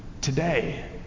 today